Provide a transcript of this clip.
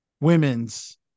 women's